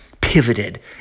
pivoted